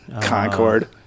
Concord